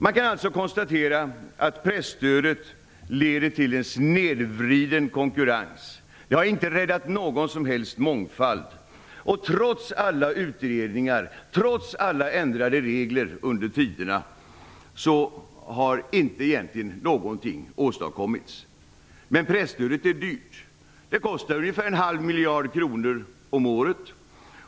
Man kan alltså konstatera att presstödet leder till en snedvriden konkurrens. Det har inte räddat någon som helst mångfald. Trots alla utredningar och alla ändrade regler under tiden har egentligen inte någonting åstadkommits. Men presstödet är dyrt. Det kostar ungefär en halv miljard kronor om året.